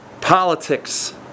politics